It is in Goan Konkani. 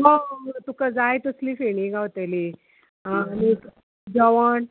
हय तुका जाय तसली फेणी गावतली आनी जेवण